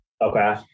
Okay